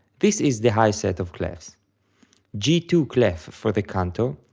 this is the high set of clefs g two clef for the canto,